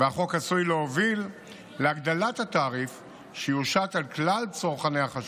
והחוק עשוי להוביל להגדלת התעריף שיושת על כלל צרכני החשמל.